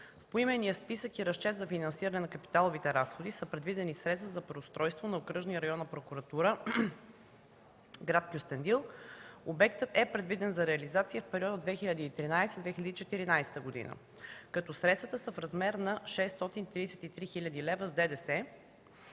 В поименния списък и разчет за финансиране на капиталовите разходи са предвидени средства за преустройство на Окръжна и Районна прокуратура – град Кюстендил. Обектът е предвиден за реализация в периода 2013 2014 г., като средствата са в размер на 633 хил. лв. с ДДС,